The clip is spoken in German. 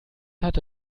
hatte